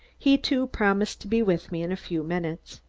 he, too, promised to be with me in a few minutes.